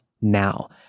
now